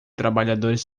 trabalhadores